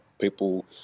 people